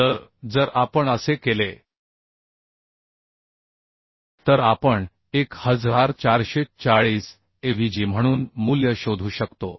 तर जर आपण असे केले तर आपण 1440 avg म्हणून मूल्य शोधू शकतो